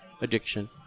addiction